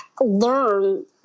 learn